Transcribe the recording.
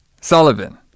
Sullivan